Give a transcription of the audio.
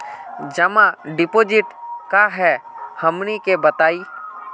जमा डिपोजिट का हे हमनी के बताई?